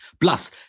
Plus